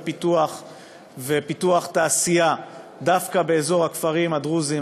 פיתוח ופיתוח תעשייה דווקא באזור הכפרים הדרוזיים.